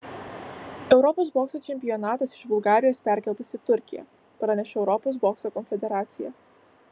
europos bokso čempionatas iš bulgarijos perkeltas į turkiją pranešė europos bokso konfederacija